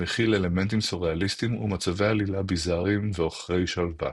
המכיל אלמנטים סוריאליסטיים ומצבי עלילה ביזאריים ועוכרי שלווה.